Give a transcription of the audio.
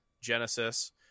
genesis